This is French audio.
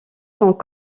sont